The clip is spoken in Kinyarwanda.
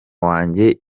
wanjye